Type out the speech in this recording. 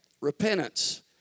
Repentance